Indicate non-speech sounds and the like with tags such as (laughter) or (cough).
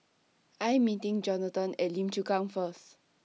I Am meeting Johnathon At Lim Chu Kang First (noise)